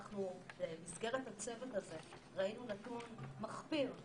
במסגרת הצוות הזה אנחנו ראינו נתון מחפיר,